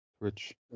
twitch